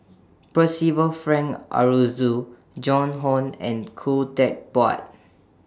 Percival Frank Aroozoo Joan Hon and Khoo Teck Puat